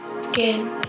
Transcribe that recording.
Skin